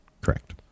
Correct